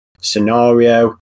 scenario